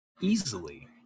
Easily